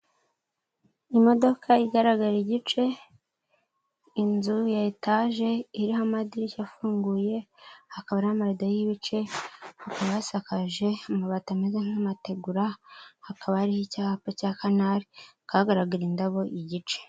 Imodoka igaragara igice, inzu ya etaje iriho amadirishya afunguye hakaba hariho amarido y'ibice hakaba hasakaje amabati ameze nk'amategura, hakaba hariho icyapa cya kanari hakaba hagaragara indabo igice.